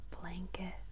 blanket